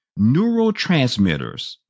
Neurotransmitters